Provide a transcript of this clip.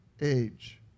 age